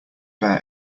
bear